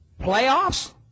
Playoffs